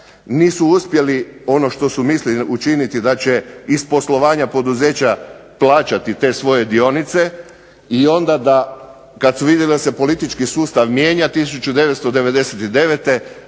nisu uspjeli ono što su mislili učiniti da će iz poslovanja poduzeća plaćati te svoje dionice i onda kada su vidjeli da se politički sustav mijenja 1999.